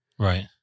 Right